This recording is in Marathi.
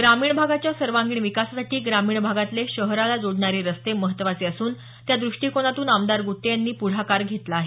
ग्रामीण भागाच्या सर्वांगीण विकासासाठी ग्रामीण भागातले शहराला जोडणारे रस्ते महत्वाचे असून त्या दृष्टीकोनातून आमदार गुट्टे यांनी पुढाकार घेतला आहे